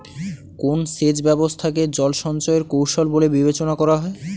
কোন সেচ ব্যবস্থা কে জল সঞ্চয় এর কৌশল বলে বিবেচনা করা হয়?